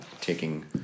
taking